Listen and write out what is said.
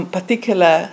particular